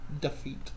Defeat